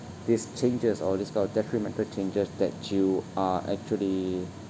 this changes or this kind of detrimental changes that you are actually